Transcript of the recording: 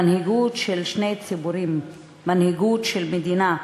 מנהיגות של שני ציבורים, מנהיגות של מדינה,